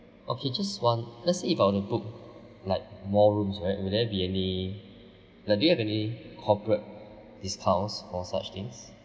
okay just one let's say if I want to book like more rooms right will there be any like do you have any corporate discounts for such things